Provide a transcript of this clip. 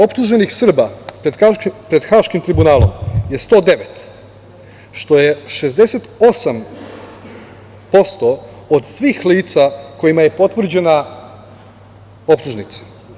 Optuženih Srba pred Haškim tribunalom je 109, što je 68% od svih lica kojima je potvrđena optužnica.